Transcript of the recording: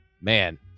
man